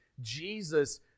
Jesus